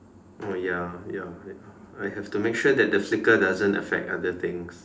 oh ya ya ya I have to make sure the flicker doesn't affect other things